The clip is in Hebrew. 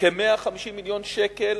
כ-150 מיליון ש"ח